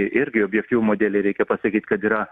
irgi objektyvumo dėlei reikia pasakyt kad yra